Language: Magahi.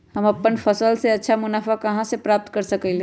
हम अपन फसल से अच्छा मुनाफा कहाँ से प्राप्त कर सकलियै ह?